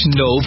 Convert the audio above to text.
no